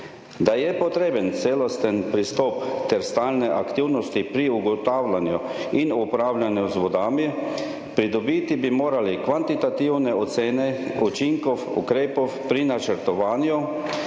Da je potreben celosten pristop ter stalne aktivnosti pri ugotavljanju in upravljanju z vodami, pridobiti bi morali kvantitativne ocene učinkov ukrepov pri načrtovanju